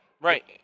Right